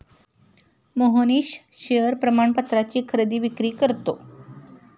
Mohnish share प्रमाणपत्राची खरेदी विक्री करतो